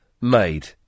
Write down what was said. made